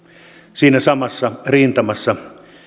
siinä samassa rintamassa